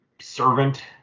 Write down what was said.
servant